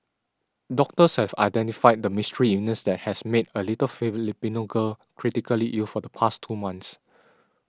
doctors have identified the mystery illness that has made a little Filipino girl critically ill for the past two months